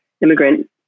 immigrant